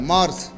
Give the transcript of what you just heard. Mars